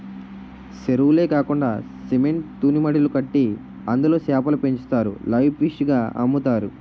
సెరువులే కాకండా సిమెంట్ తూనీమడులు కట్టి అందులో సేపలు పెంచుతారు లైవ్ ఫిష్ గ అమ్ముతారు